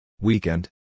Weekend